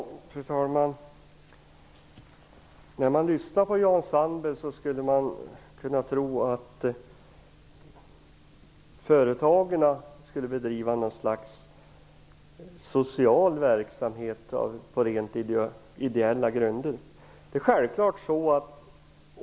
Fru talman! När man lyssnar på Jan Sandberg skulle man kunna tro att företagen bedriver något slags social verksamhet på rent ideella grunder.